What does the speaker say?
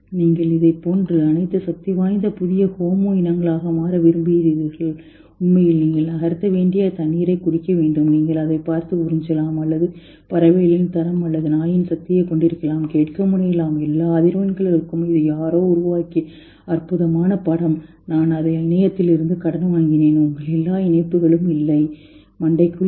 நீங்கள் இதைப் போன்ற அனைத்து சக்திவாய்ந்த புதிய ஹோமோ இனங்களாக மாற விரும்புகிறீர்கள் உண்மையில் நீங்கள் நகர்த்த வேண்டிய தண்ணீரைக் குடிக்க வேண்டும் நீங்கள் அதைப் பார்த்து அதை உறிஞ்சலாம் அல்லது பறவைகளின் தரம் மற்றும் நாயின் சக்தியைக் கொண்டிருக்கலாம் கேட்க முனகலாம் எல்லா அதிர்வெண்களுக்கும் இது யாரோ உருவாக்கிய அற்புதமான படம் நான் அதை இணையத்திலிருந்து கடன் வாங்கினேன் உங்கள் எல்லா இணைப்புகளும் இல்லை மண்டைக்குள் இல்லை